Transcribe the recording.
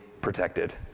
protected